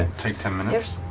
take ten minutes.